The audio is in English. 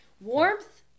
Warmth